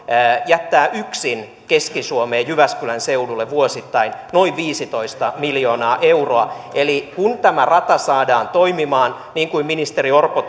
jättää yksin keski suomeen jyväskylän seudulle vuosittain noin viisitoista miljoonaa euroa eli kun tämä rata saadaan toimimaan niin kuin ministeri orpo